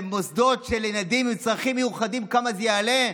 למוסדות של ילדים עם צרכים מיוחדים, כמה זה יעלה?